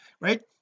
right